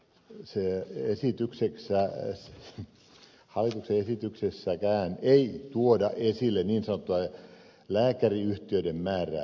missejä esityksissä joissa esityksessäkään ei tuoda esille niin sanottua lääkäriyhtiöiden määrää